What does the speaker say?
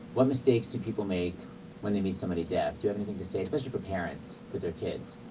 what mistakes do people make when they meet somebody deaf? do you have anything to say? especially for parents with their kids?